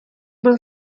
byl